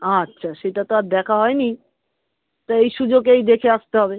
আচ্ছা সেটা তো আর দেখা হয় নি তা এই সুযোগেই দেখে আসতে হবে